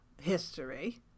history